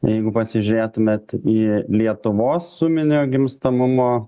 jeigu pasižiūrėtumėt į lietuvos suminio gimstamumo